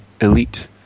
elite